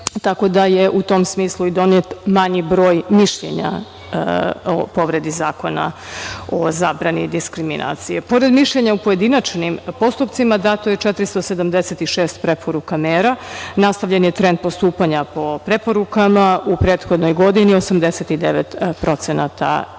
Tako da je u tom smislu i donet manji broj mišljenja o povredi Zakona o zabrani diskriminacije. Pored mišljenja u pojedinačnim postupcima dato je 476 preporuka mera. Nastavljen je trend postupanja po preporukama. U prethodnoj godini 89%